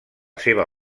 seva